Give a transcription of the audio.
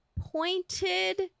pointed